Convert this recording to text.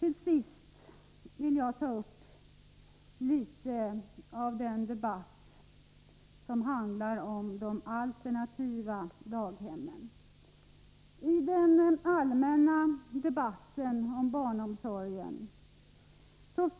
Till sist vill jag något ta upp de s.k. alternativa daghemmen. I den allmänna debatten om barnomsorgen